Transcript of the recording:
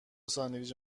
ساندویچ